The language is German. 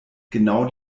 genau